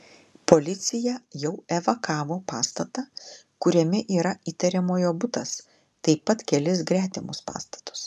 policija jau evakavo pastatą kuriame yra įtariamojo butas taip pat kelis gretimus pastatus